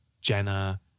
Jenna